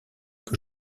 que